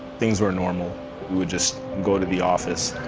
things were normal, we would just go to the office,